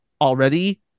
already